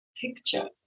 picture